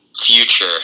future